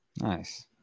nice